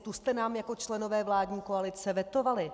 Tu jste nám jako členové vládní koalice vetovali.